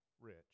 rich